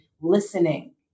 listening